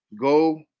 go